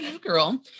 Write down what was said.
girl